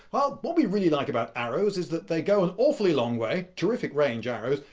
well, what we really like about arrows is that they go an awfully long way, terrific range, arrows.